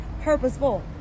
purposeful